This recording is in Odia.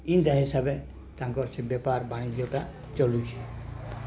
ଏମିତିଆ ହିସାବରେ ତାଙ୍କର ସେ ବେପାର ବାଣିଜ୍ୟତା ଚଳୁଛି